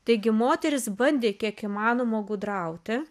taigi moterys bandė kiek įmanoma gudrauti